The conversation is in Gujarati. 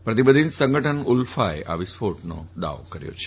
પ્રતિબંધિત સંગઠન ઉલ્ફાએ આ વિસ્ફોટનો દાવો કર્યો છે